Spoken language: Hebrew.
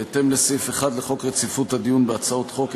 בהתאם לסעיף 1 לחוק רציפות הדיון בהצעות חוק,